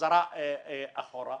חזרה אחורה.